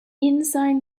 inside